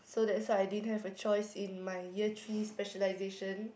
so that's why I didn't have a choice in my year three specialisation